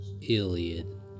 Iliad